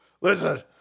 listen